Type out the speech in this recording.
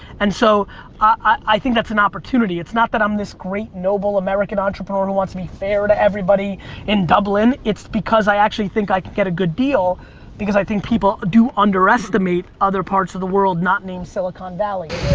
and so i think it's an opportunity. it's not that i'm this great noble american entrepreneur and who wants to be fair to everybody in dublin. it's because i actually think i could get a good deal because i think people do underestimate other parts of the world not named silicon valley.